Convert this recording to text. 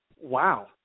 wow